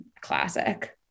classic